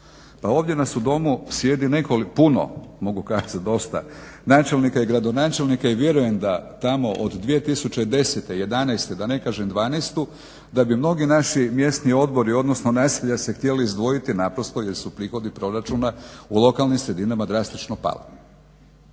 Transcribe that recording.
ovdje nas u Domu sjedi nekoliko, puno, mogu kazati dosta načelnika i gradonačelnika i vjerujem da tamo od 2010., 2011. da ne kažem 2012. da bi mnogi naši mjesni odbori, odnosno naselja se htjeli izdvojiti naprosto jer su prihodi proračuna u lokalnim sredinama drastično pali.